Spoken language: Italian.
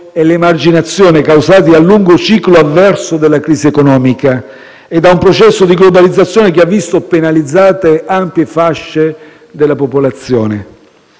e l'emarginazione causati dal lungo ciclo avverso della crisi economica e da un processo di globalizzazione che ha visto penalizzate ampie fasce della popolazione.